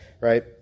right